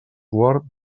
guard